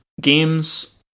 games